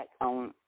on